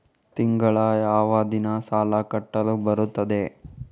ತಿಂಗಳ ಯಾವ ದಿನ ಸಾಲ ಕಟ್ಟಲು ಬರುತ್ತದೆ?